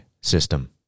system